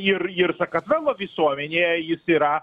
ir ir sakartvelo visuomenėje jis yra